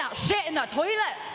ah shut in the toilet?